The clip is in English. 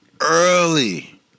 early